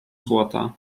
złota